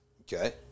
Okay